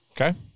Okay